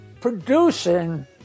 producing